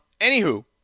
anywho